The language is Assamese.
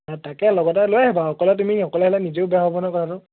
অঁ তাকে লগতে লৈ আহিবা অকলে তুমি অকলে আহিলে নিজেও বেয়া হ'ব নহয় কথাটো